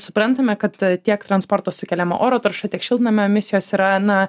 suprantame kad tiek transporto sukeliama oro tarša tiek šiltnamio emisijos yra na